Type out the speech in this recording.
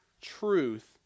truth